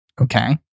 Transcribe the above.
Okay